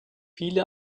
viele